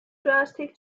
drastic